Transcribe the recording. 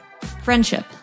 Friendship